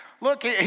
look